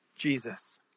Jesus